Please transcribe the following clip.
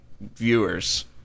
viewers